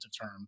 term